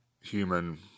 human